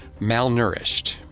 malnourished